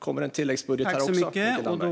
Kommer det en tilläggsbudget där också, Mikael Damberg?